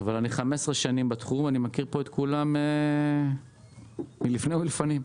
אבל אני 15 שנים בתחום ואני מכיר את כולם לפניי ולפנים.